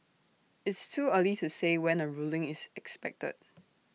it's too early to say when A ruling is expected